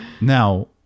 Now